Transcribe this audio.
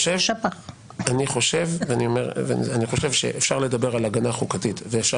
אני חושב שאפשר לדבר על הגנה חוקתית ואפשר